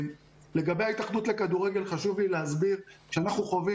לגבי ההתאחדות לכדורגל חשוב לי להסביר שאנחנו חווים